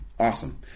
Awesome